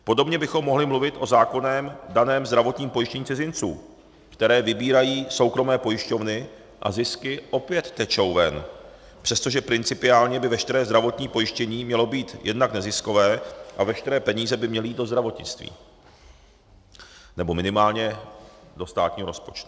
Podobně bychom mohli mluvit o zákonem daném zdravotním pojištění cizinců, které vybírají soukromé pojišťovny, a zisky opět tečou ven, přestože principiálně by veškeré zdravotní pojištění mělo být jednak neziskové a veškeré peníze by měly jít do zdravotnictví nebo minimálně do státního rozpočtu.